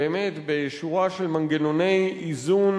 באמת, בשורה של מנגנוני איזון